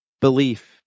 belief